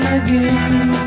again